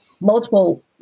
multiple